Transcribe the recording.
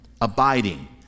abiding